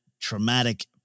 traumatic